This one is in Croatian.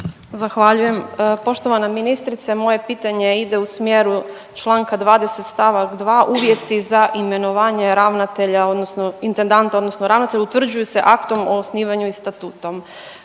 Zahvaljujem. Poštovana ministrice, moje pitanje ide u smjeru čl. 20. st. 2. uvjeti za imenovanje ravnatelja odnosno intendanta odnosno ravnatelja utvrđuju se aktom o osnivanju i statutom.